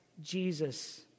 Jesus